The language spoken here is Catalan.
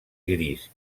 gris